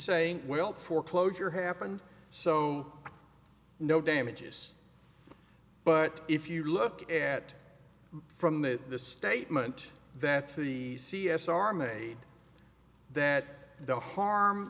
saying well foreclosure happened so no damages but if you look at from that the statement that the c s are made that the harm